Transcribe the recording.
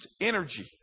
energy